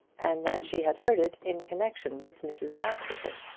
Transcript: and that she had heard it in connection with mrs. askerton.